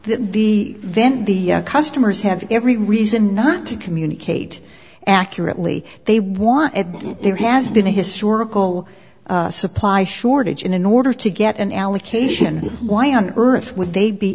the then the customers have every reason not to communicate accurately they want there has been a historical supply shortage in an order to get an allocation why on earth would they be